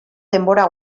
denbora